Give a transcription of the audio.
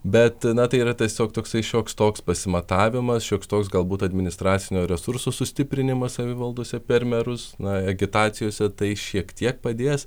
bet na tai yra tiesiog toksai šioks toks pasimatavimas šioks toks galbūt administracinių resursų sustiprinimas savivaldose per merus na agitacijose tai šiek tiek padės